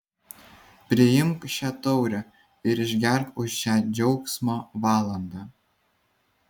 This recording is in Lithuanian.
priimk šią taurę ir išgerk už šią džiaugsmo valandą